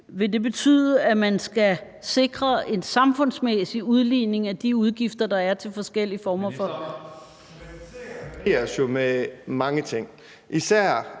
Vil det betyde, at man skal sikre en samfundsmæssig udligning af de udgifter, der er til forskellige former for